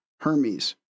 Hermes